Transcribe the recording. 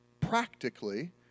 practically